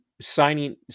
signing